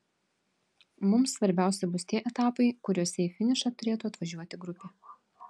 mums svarbiausi bus tie etapai kuriuose į finišą turėtų atvažiuoti grupė